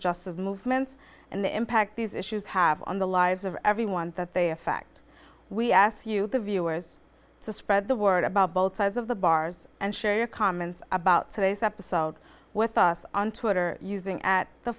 justice movements and the impact these issues have on the lives of everyone that they affect we ask you the viewers to spread the word about both sides of the bars and share your comments about today's episode with us on twitter using at the